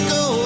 go